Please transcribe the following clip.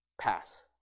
pass